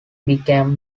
became